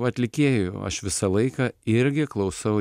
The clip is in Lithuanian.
atlikėjų aš visą laiką irgi klausau